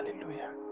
Hallelujah